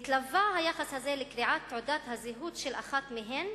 היחס הזה התלווה לקריעת תעודת הזהות של אחת מהן,